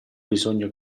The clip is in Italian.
bisogno